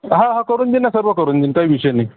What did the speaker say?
हा हां करून देईन ना सर्व करून देईन काही विषय नाही